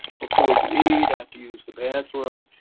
before you eat, have to use the bathroom.